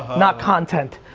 not content.